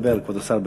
כבוד השר בנט,